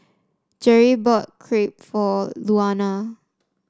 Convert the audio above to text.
Jere bought Crepe for Luana